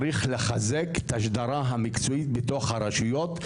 צריך לחזק את השדרה המקצועית בתוך הרשויות,